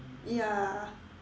ya